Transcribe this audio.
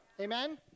Amen